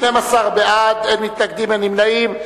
12 בעד, אין מתנגדים, אין נמנעים.